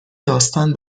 داستان